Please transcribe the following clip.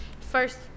first